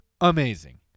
amazing